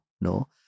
no